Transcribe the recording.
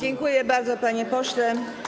Dziękuję bardzo, panie pośle.